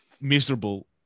miserable